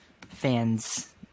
fans